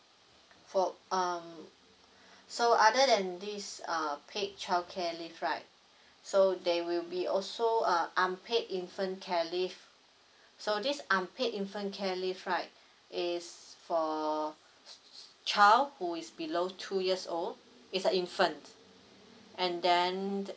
for um so other than this err paid childcare leave right so they will be also uh unpaid paid infant care leave so this unpaid infant care leave right is for child who is below two years old it's a infant and then